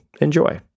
Enjoy